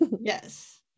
Yes